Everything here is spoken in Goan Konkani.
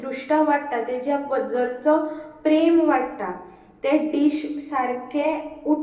उत्कृश्टा वाडटा तेच्या बद्दलचो प्रेम वाडटा तें डिश सारकें उट